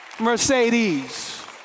Mercedes